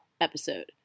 episode